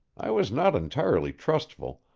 i was not entirely trustful,